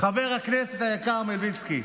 חבר הכנסת היקר מלביצקי?